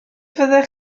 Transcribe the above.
fyddech